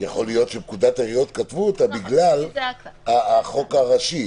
יכול להיות שבפקודת העיריות כתבו בגלל החוק הראשי,